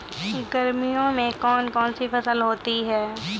गर्मियों में कौन कौन सी फसल होती है?